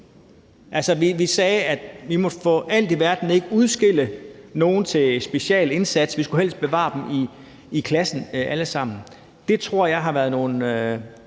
Altså, vi sagde, at vi for alt i verden ikke måtte udskille nogen til specialindsats – vi skulle helst bevare dem i klassen alle sammen. Det tror jeg har haft nogle